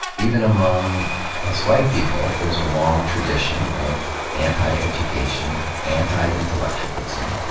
even among us white people there's a long tradition of anti education, anti-intellectualism.